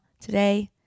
today